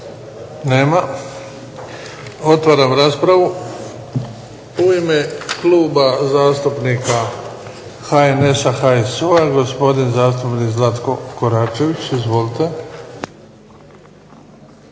Nema. Otvaram raspravu. U ime Kluba zastupnika HNS-a, HSU-a gospodin zastupnik Zlatko Koračević. Izvolite.